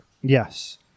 Yes